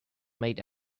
made